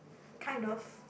kind of